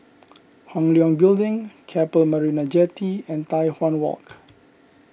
Hong Leong Building Keppel Marina Jetty and Tai Hwan Walk